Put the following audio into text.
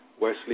Wesley